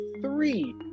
three